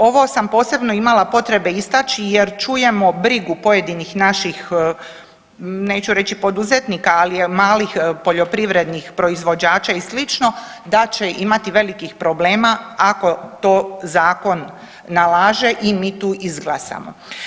Ovo sam posebno imala potrebe istači jer čujemo brigu pojedinih naših, neću reći poduzetnika, ali je malih poljoprivrednih proizvođača i slično, da će imati velikih problema ako to zakon nalaže i mi tu izglasamo.